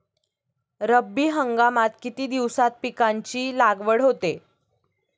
रब्बी हंगामात किती दिवसांत पिकांची लागवड होते?